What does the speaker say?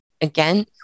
again